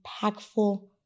impactful